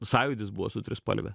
sąjūdis buvo su trispalve